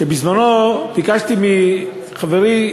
כשבזמני ביקשתי מחברי,